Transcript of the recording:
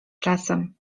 czasem